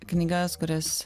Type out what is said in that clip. knygas kurias